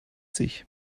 sich